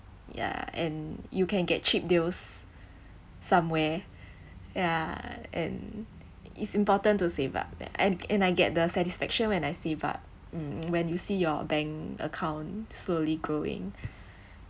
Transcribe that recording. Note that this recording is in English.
yeah and you can get cheap deals somewhere yeah and it's important to save up and and and I get the satisfaction when I save up mm when you see your bank account slowly growing